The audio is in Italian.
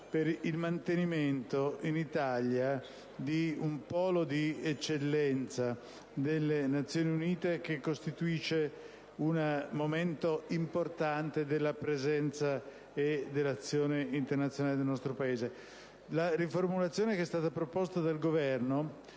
per il mantenimento in Italia di un polo di eccellenza delle Nazioni Unite, che costituisce un momento importante della presenza e dell'azione internazionale del nostro Paese. La riformulazione proposta dal Governo